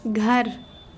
گھر